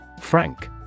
Frank